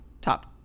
top